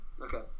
Okay